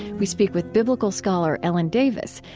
we speak with biblical scholar ellen davis,